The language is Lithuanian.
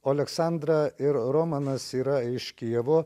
o aleksandra ir romanas yra iš kijevo